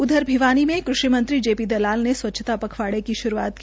उधर भिवानी में कृषि मंत्री जे पी दलाल ने स्वच्छता पखवाड़े की श्रूआत की